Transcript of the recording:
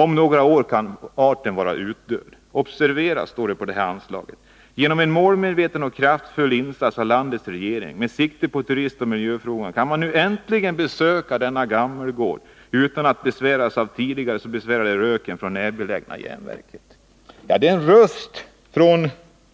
Om några år kan arten vara utdöd! OBS! Genom en målmedveten och kraftfull insats av landets regering, med sikte på turistoch miljöfrågorna, kan man nu äntligen besöka Gammelgården utan att besväras av den tidigare så besvärande röken ifrån det närbelägna järnverket.” Detta var en röst från